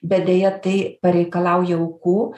bet deja tai pareikalauja aukų